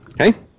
Okay